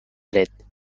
dret